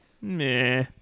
meh